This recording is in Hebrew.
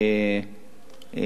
וגם לשידורים,